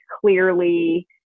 clearly